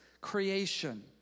creation